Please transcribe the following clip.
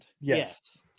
Yes